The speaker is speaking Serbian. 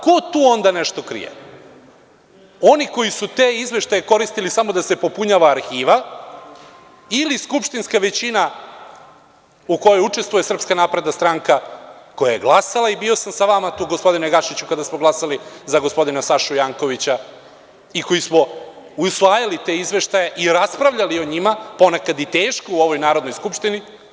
Ko tu onda nešto krije, oni koji su te izveštaje koristili samo da se popunjava arhiva ili skupštinska većina u kojoj učestvuje SNS, koja je glasala i bio sam sa vama tu, gospodine Gašiću, kada smo glasali za gospodina Sašu Jankovića i koji smo usvajali te izveštaje i raspravljali o njima, ponekad i teško u ovoj Narodnoj skupštini?